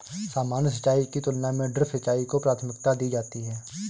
सामान्य सिंचाई की तुलना में ड्रिप सिंचाई को प्राथमिकता दी जाती है